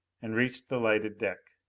and reached the lighted deck.